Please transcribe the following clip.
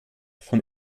von